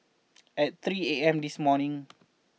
at three A M this morning